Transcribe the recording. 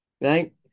right